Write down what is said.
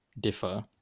differ